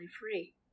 free